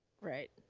Right